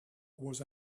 was